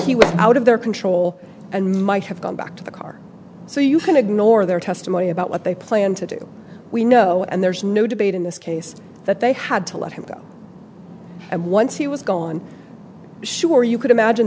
he was out of their control and might have gone back to the car so you can ignore their testimony about what they plan to do we know and there's no debate in this case that they had to let him go and once he was gone sure you could imagine